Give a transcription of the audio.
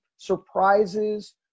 Surprises